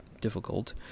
difficult